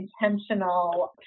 intentional